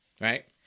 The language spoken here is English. right